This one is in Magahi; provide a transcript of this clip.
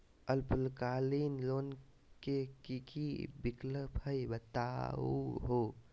अल्पकालिक लोन के कि कि विक्लप हई बताहु हो?